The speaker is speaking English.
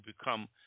become